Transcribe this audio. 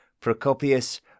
Procopius